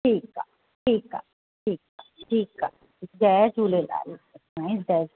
ठीकु आहे ठीकु आहे ठीकु आहे ठीकु आहे जय झूलेलाल साईं जय